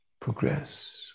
Progress